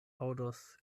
aŭdos